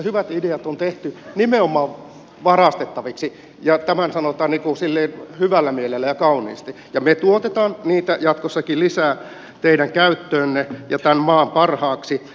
hyvät ideat on tehty nimenomaan varastettaviksi tämä sanotaan ikään kuin hyvällä mielellä ja kauniisti ja me tuotamme niitä jatkossakin lisää teidän käyttöönne ja tämän maan parhaaksi